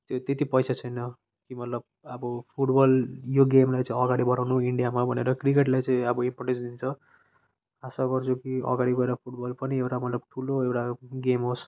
त्यो त्यति पैसा छैन कि मतलब अब फुटबल यो गेमलाई चाहिँ अगाडि बढाउनु इन्डियामा भनेर क्रिकेटलाई चाहिँ अब इम्पोर्टेन्स दिन्छ आशा गर्छु कि अगाडि गएर फुटबल पनि एउटा मतलब ठुलो एउटा गेम होस्